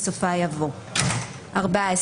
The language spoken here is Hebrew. בסופה יבוא: "14.